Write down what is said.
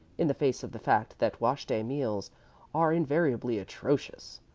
in the face of the fact that wash-day meals are invariably atrocious.